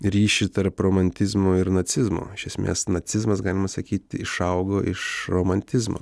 ryšį tarp romantizmo ir nacizmo iš esmės nacizmas galima sakyt išaugo iš romantizmo